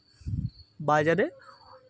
বাজারে